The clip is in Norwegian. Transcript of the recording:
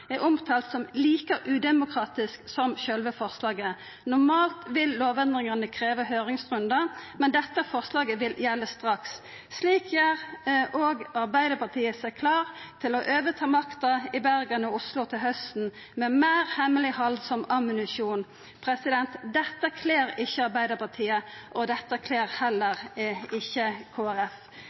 er omtalt som like udemokratisk som sjølve forslaget. Normalt vil lovendringane krevja høyringsrundar, men dette forslaget vil gjelda straks. Slik gjer Arbeidarpartiet seg klar til å overta makta i Bergen og Oslo til hausten, med meir hemmeleghald som ammunisjon. Dette kler ikkje Arbeidarpartiet, og det kler heller ikkje